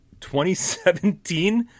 2017